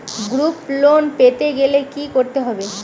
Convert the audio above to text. Group loan পেতে গেলে কি করতে হবে?